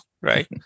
Right